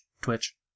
Twitch